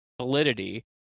validity